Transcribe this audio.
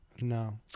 no